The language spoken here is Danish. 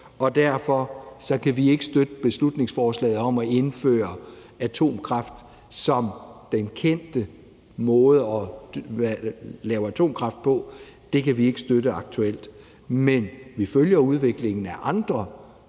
Derfor kan vi ikke støtte beslutningsforslaget om at indføre atomkraft som den kendte måde at lave atomkraft på. Det kan vi ikke aktuelt støtte. Men vi følger udviklingen af andre